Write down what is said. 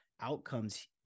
outcomes